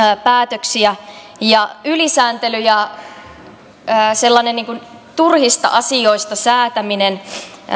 päätöksiä ylisääntely ja turhista asioista säätäminen